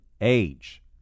Age